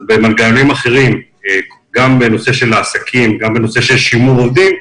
גם בנושא של עסקים וגם בנושא של שימור עובדים,